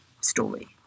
story